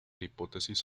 hipótesis